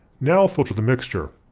now filter the mixture.